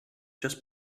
just